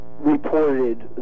reported